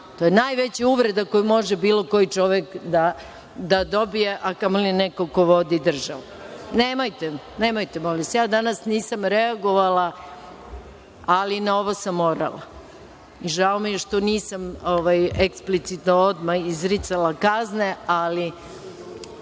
to je najveća uvreda koju može bilo koji čovek da dobije, a kamoli neko ko vodi državu. Nemojte, molim vas, ja danas nisam reagovala, ali na ovo sam morala. Žao mi je što nisam eksplicitno odmah izricala kazne. Po